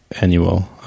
annual